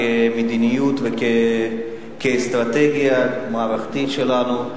כמדיניות וכאסטרטגיה מערכתית שלנו.